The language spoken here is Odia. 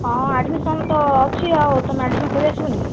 ହଁ ଆଡ଼୍ମିଶନ୍ ତ ଅଛି ତମେ ଆଡ଼୍ମିଶନ କରି ଆସିବନି କି